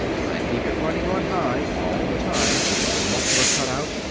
i keep it running on high all the time, with the muffler cut out,